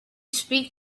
speak